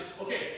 Okay